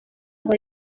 aho